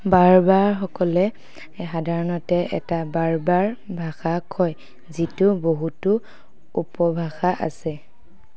বাৰ্বাৰসকলে সাধাৰণতে এটা বাৰ্বাৰ ভাষা কয় যিটোৰ বহুতো উপভাষা আছে